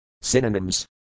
Synonyms